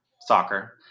soccer